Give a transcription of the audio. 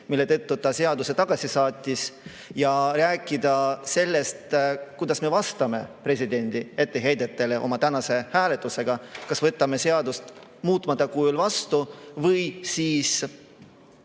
mille tõttu ta seaduse tagasi saatis, ja rääkida sellest, kuidas me vastame presidendi etteheidetele oma tänase hääletusega, kas võtame seaduse muutmata kujul vastu või saadame